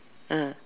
ah